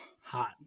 hot